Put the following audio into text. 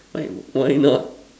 like why not